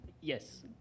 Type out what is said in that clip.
Yes